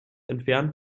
entfernt